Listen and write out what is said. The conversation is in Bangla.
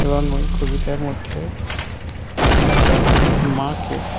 এবং ওই কবিতার মধ্যে একটা মাকে